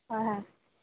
হয় হয়